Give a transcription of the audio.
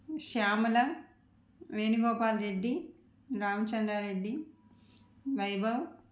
Shyamala Venugopal Reddy Ramachandra Reddy Vaibhav